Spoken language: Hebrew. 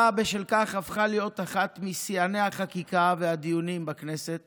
בשל כך הוועדה הפכה להיות אחת משיאני החקיקה והדיונים בכנסת